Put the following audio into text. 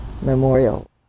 memorial